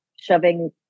shoving